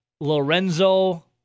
Lorenzo